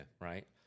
right